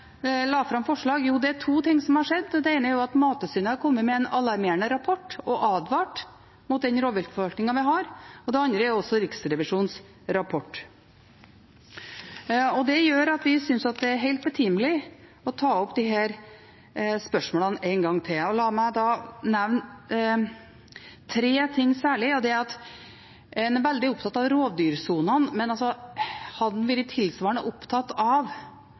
la fram forslag. Jo, det er to ting som har skjedd. Det ene er at Mattilsynet har kommet med en alarmerende rapport og advart mot den rovviltforvaltningen vi har, og det andre er Riksrevisjonens rapport. Det gjør at vi syns det er helt betimelig å ta opp disse spørsmålene en gang til. La meg da nevne tre ting særlig: En er veldig opptatt av rovdyrsonene, men hadde en vært tilsvarende opptatt av